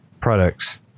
products